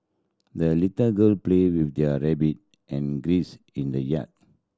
the little girl played with their rabbit and geese in the yard